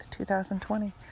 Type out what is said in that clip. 2020